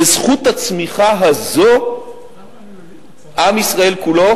בזכות הצמיחה הזאת עם ישראל כולו,